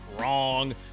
wrong